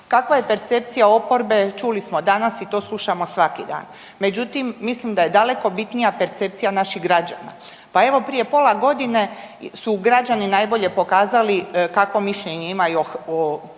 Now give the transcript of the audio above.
Kakva je percepcija oporbe, čuli smo danas i to slušamo svaki dan. Međutim, mislim da je daleko bitnija percepcija naših građana, pa evo, prije pola godine su građani najbolje pokazali kakvo mišljenje imaju o